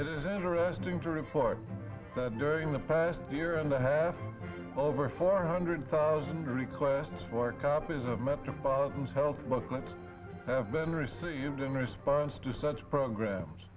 it is interesting to report that during the past year and a half over four hundred thousand requests for copies of metropolitans health booklets have been received interest balance to such programs